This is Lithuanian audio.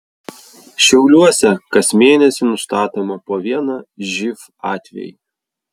šiauliuose kas mėnesį nustatoma po vieną živ atvejį